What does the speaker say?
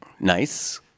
Nice